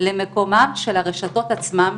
למקומן של הרשתות עצמן,